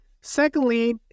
Secondly